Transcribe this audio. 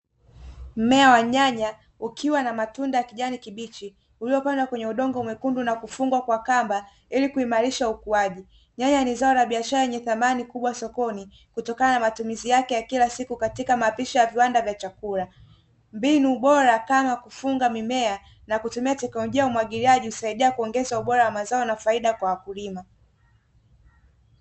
Mmea wa nyanya ukiwa na matunda ya kijani kibichi uliyopandwa kwenye udongo mwekundu na kufungwa kwa kamba ili kuimarisha ukuaji. Nyanya ni zao la biashara lenye thamani kubwa sokoni kutokana na mtumizi yake ya kila siku katika mapishi ya viwanda vya chakula, mbinu bora kama kufunga mimea na kutumia teknolojia ya umwagiliaji husaidia kuongeza ubora wa mazao na faida kwa wakulima.